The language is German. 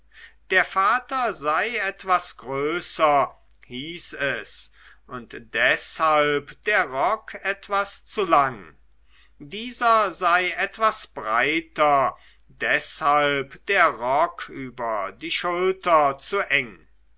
der vater sei etwas größer hieß es und deshalb der rock etwas zu lang dieser sei etwas breiter deshalb der rock über die schulter zu eng